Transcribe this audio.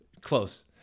close